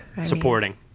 Supporting